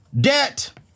Debt